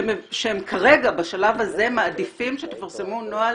שהם כרגע בשלב הזה מעדיפים שתפרסמו נוהל